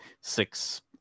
six